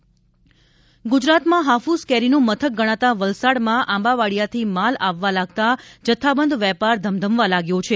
હાફૂસ કેરીની નિકાસ ગુજરાતમાં હાફૂસ કેરીનું મથક ગણાતા વલસાડમાં આંબાવાડિયાથી માલ આવવા લાગતા જથ્થાબંધ વેપાર ધમધમવા લાગ્યો છે